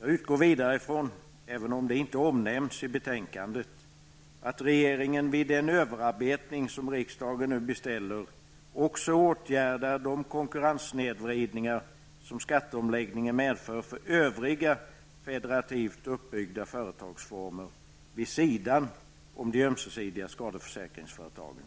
Jag utgår vidare ifrån, även om det inte omnämns i betänkandet, att regeringen vid den överarbetning som riksdagen nu beställer också åtgärdar de konkurrenssnedvridningar som skatteomläggningen medför för övriga federativt uppbyggda företagsformer vid sidan av de ömsesidiga skadeförsäkringsföretagen.